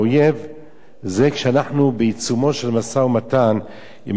זה כשאנחנו בעיצומו של משא-ומתן עם הרשות הפלסטינית.